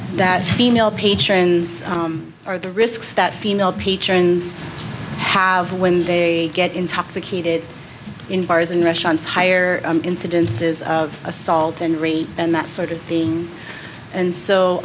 that female patrons are the risks that female patrons have when they get intoxicated in bars and restaurants hire incidences of assault and rape and that sort of thing and so